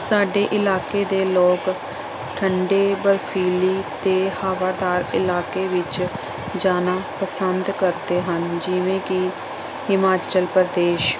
ਸਾਡੇ ਇਲਾਕੇ ਦੇ ਲੋਕ ਠੰਡੇ ਬਰਫ਼ੀਲੀ ਅਤੇ ਹਵਾਦਾਰ ਇਲਾਕੇ ਵਿੱਚ ਜਾਣਾ ਪਸੰਦ ਕਰਦੇ ਹਨ ਜਿਵੇਂ ਕਿ ਹਿਮਾਚਲ ਪ੍ਰਦੇਸ਼